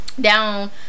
down